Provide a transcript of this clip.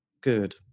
good